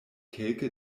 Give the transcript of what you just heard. kelke